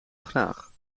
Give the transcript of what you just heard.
graag